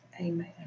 Amen